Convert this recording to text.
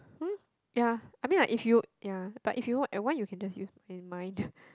um ya I mean like if you ya but if you want and want you can just you and mine